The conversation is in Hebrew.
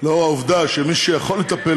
לאור העובדה שמי שיכולה לטפל